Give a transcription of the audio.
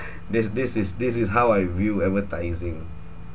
that's this is this is how I view advertising